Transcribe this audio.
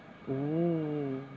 oo